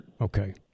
Okay